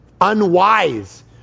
unwise